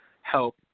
help